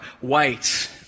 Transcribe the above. white